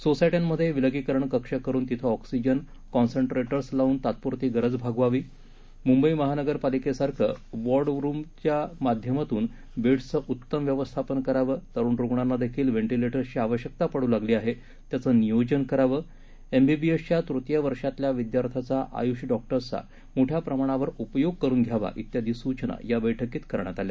सोसायट्यांमध्ये विलगीकरण कक्ष करून तिथं ऑक्सिजन कॉन्सनट्रेटर्स लावून तात्पुरती गरज भागवावी मुंबई महानगरपालिकेसारखी वॉर्ड वॉर रुमच्या माध्यमातून बेड्सचं उत्तम व्यवस्थापन करावं तरुण रुग्णांना देखील व्हेंटीलेटर्सची आवश्यकता पडू लागली आहे त्याचं नियोजन करावं एमबीबीएसच्या तुतीय वर्षातल्या विद्यार्थ्याचा आयुष डॉक्टर्सचा मोठ्या प्रमाणावर उपयोग करून घ्यावा त्यादी सूचना या बैठकीत करण्यात आल्या